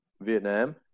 Vietnam